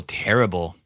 terrible